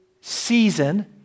season